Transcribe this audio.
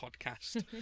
podcast